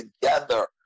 together